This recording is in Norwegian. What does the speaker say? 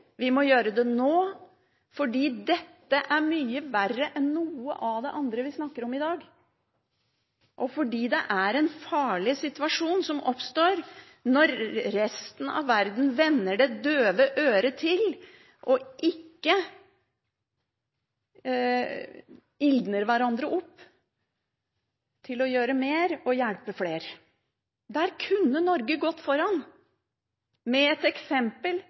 Vi må gjøre det nå, fordi dette er mye verre enn noe av det andre vi snakker om i dag, og fordi det er en farlig situasjon som oppstår når resten av verden vender det døve øret til og ikke ildner hverandre opp til å gjøre mer og hjelpe flere. Der kunne Norge gått foran med et eksempel,